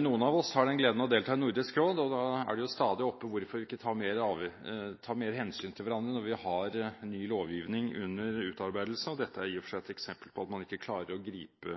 Noen av oss har den glede å delta i Nordisk råd. Da er hvorfor vi ikke tar mer hensyn til hverandre når vi har ny lovgivning under utarbeidelse, stadig oppe. Dette er et eksempel på at man ikke klarer å gripe